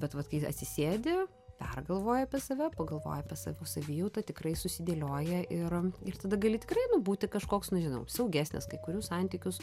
bet vat kai atsisėdi pergalvoji apie save pagalvoji apie savo savijautą tikrai susidėlioja ir ir tada gali tikrai nu būti kažkoks nežinau saugesnis kai kurių santykius